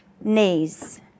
knees